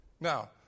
Now